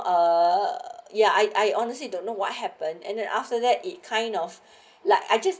uh ya I I honestly don't know what happen and then after that it kind of like I just